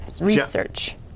research